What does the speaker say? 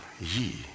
ye